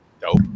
dope